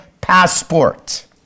passport